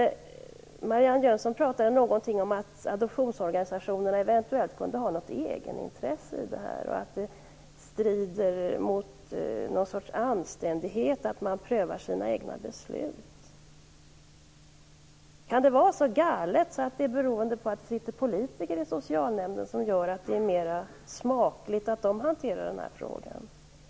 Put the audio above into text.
Marianne Jönsson talade om att adoptionsorganisationerna eventuellt kunde ha något egenintresse i det här sammanhanget och att det strider mot något slags anständighet att man prövar sina egna beslut. Kan det vara så galet att det avgörande är att det är politiker som hanterar den här frågan i socialnämnderna?